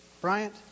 Bryant